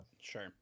sure